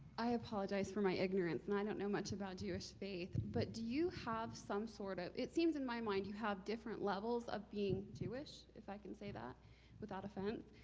i apologize for my ignorance, and i don't know much about jewish faith, but do you have some sort of, it seems in my mind, you have different levels of being jewish, if i can say that without offense.